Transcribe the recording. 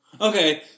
Okay